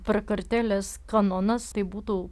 prakartėlės kanonas tai būtų